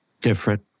Different